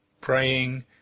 praying